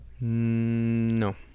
No